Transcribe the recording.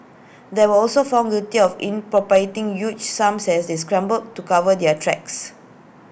they were also found guilty of in appropriating huge sums as they scrambled to cover their tracks